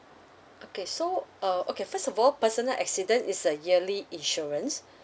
okay so uh okay first of all personal accident is a yearly insurance